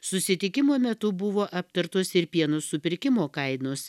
susitikimo metu buvo aptartos ir pieno supirkimo kainos